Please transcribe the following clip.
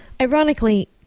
Ironically